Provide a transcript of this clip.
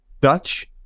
Dutch